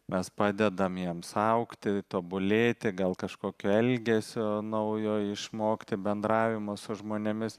mes padedam jiems augti tobulėti gal kažkokio elgesio naujo išmokti bendravimo su žmonėmis